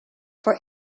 for